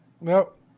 Nope